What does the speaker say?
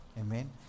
Amen